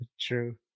True